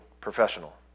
professional